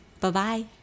Bye-bye